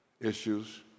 issues